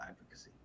advocacy